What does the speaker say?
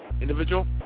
individual